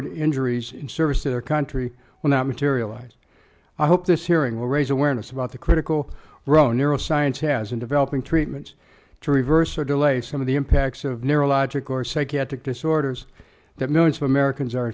cord injuries in service to their country will not materialize i hope this hearing will raise awareness about the critical role neuroscience has in developing treatments to reverse or delay some of the impacts of neurological or psychiatric disorders that millions of americans are